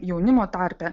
jaunimo tarpe